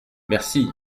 merci